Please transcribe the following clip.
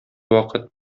вакыт